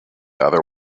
other